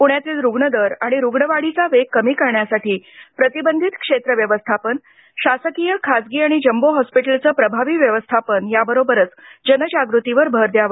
पुण्यातील रुग्णदर आणि रुग्णवाढीचा वेग कमी करण्यासाठी प्रतिबंधित क्षेत्र व्यवस्थापन शासकीय खासगी आणि जम्बो हॉस्पिटलचे प्रभावी व्यवस्थापन याबरोबरच जनजागृतीवर भर द्यावा